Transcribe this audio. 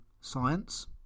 science